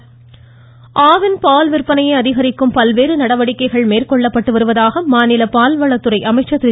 ராஜேந்திர பாலாஜி ஆவின் பால் விற்பனையை அதிகரிக்கும் பல்வேறு நடவடிக்கைகள் மேற்கொள்ளப்பட்டு வருவதாக மாநில பால் வளத்துறை அமைச்சர் திரு